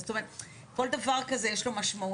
זאת אומרת, כל דבר כזה יש לו משמעות.